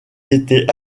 était